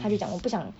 她就讲我不想